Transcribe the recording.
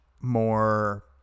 more